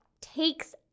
takes